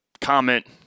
comment